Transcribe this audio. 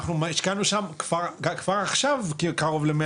אנחנו השקענו שם כבר עכשיו קרוב למאה